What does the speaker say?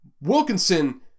Wilkinson